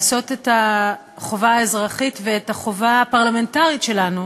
לעשות את החובה האזרחית ואת החובה הפרלמנטרית שלנו